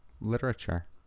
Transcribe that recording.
literature